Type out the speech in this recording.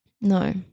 No